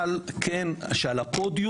אבל כן לדוגמה,